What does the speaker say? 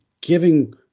giving